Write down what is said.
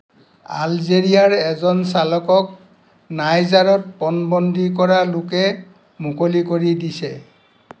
আলজেৰিয়াৰ এজন চালকক নাইজাৰত পণবন্দী কৰা লোকে মুকলি কৰি দিছে